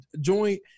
joint